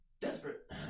desperate